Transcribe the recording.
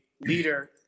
leader